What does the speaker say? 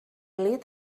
lead